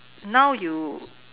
now you